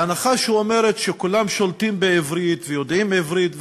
ההנחה שאומרת שכולם שולטים בעברית ויודעים עברית,